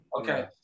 Okay